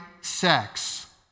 sex